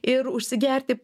ir užsigerti